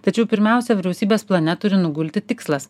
tačiau pirmiausia vyriausybės plane turi nugulti tikslas